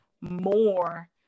more